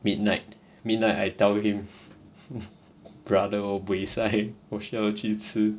midnight midnight I tell him brother 我 buay sai 我需要去吃